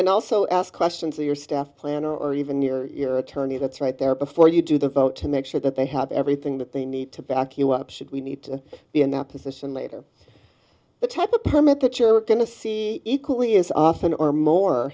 and also ask questions of your staff planner or even your attorney that's right there before you do the vote to make sure that they have everything that they need to back you up should we need to be in that position later the type of permit that you're going to see equally as often or more